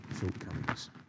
shortcomings